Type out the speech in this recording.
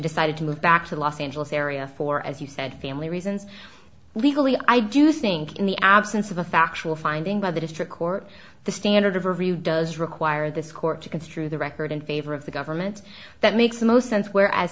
decided to move back to los angeles area for as you said family reasons legally i do think in the absence of a factual finding by the district court the standard of review does require this court to construe the record in favor of the government that makes the most sense whereas